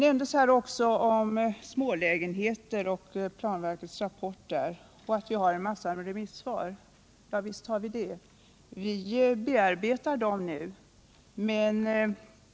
Här har också talats om smålägenheter, om planverkets rapport och att vi har fått en massa remissvar.